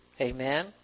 Amen